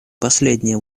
последнее